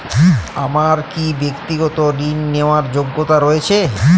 আমার কী ব্যাক্তিগত ঋণ নেওয়ার যোগ্যতা রয়েছে?